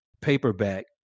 paperback